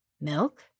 Milk